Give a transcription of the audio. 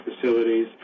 facilities